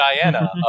Diana